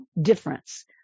difference